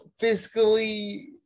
fiscally